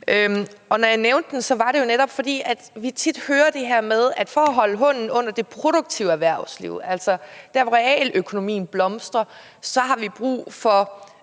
Når jeg nævnte den, var det jo netop, fordi vi tit hører det her med, at for at holde hånden under det produktive erhvervsliv, altså der, hvor realøkonomien blomstrer, så har vi brug for